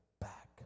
back